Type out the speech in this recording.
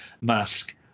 Mask